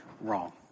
wrong